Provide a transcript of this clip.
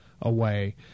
away